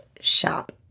shop